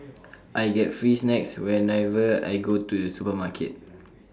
I get free snacks whenever I go to the supermarket